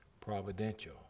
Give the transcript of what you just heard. providential